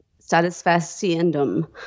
satisfaciendum